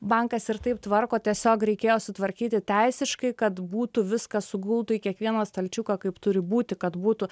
bankas ir taip tvarko tiesiog reikėjo sutvarkyti teisiškai kad būtų viskas sugultų į kiekvieną stalčiuką kaip turi būti kad būtų